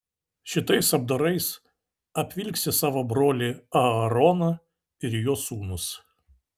šitais apdarais apvilksi savo brolį aaroną ir jo sūnus